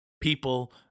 people